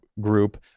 group